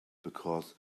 because